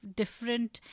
different